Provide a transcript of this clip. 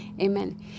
Amen